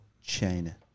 China